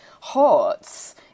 hearts